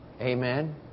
Amen